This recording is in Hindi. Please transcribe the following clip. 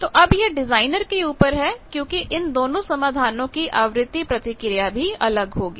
तो अब यह डिजाइनर के ऊपर है क्योंकि इन दोनों समाधानों की आवृत्ति प्रतिक्रिया भी अलग होगी